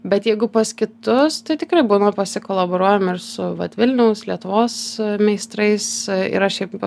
bet jeigu pas kitus tai tikrai būna pasikolaboruojam ir su vat vilniaus lietuvos meistrais yra šiaip